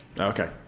Okay